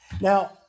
Now